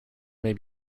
may